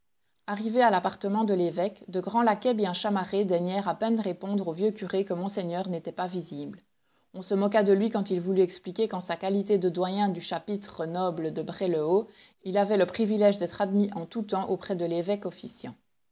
arrivés à l'appartement de l'évêque de grands laquais bien chamarrés daignèrent à peine répondre au vieux curé que monseigneur n'était pas visible on se moqua de lui quand il voulut expliquer qu'en sa qualité de doyen du chapitre noble de bray le haut il avait le privilège d'être admis en tout temps auprès de l'évoque officiant